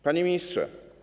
Panie Ministrze!